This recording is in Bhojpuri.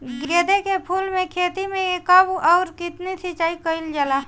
गेदे के फूल के खेती मे कब अउर कितनी सिचाई कइल जाला?